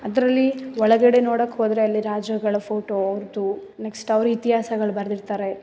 ಅದರಲ್ಲಿ ಒಳಗಡೆ ನೋಡಕ್ಕೆ ಹೋದರೆ ಅಲ್ಲಿ ರಾಜ್ರುಗಳ ಫೋಟೋ ಅವ್ರದ್ದು ನೆಕ್ಸ್ಟ್ ಅವ್ರ ಇತಿಹಾಸಗಳು ಬರೆದಿರ್ತಾರೆ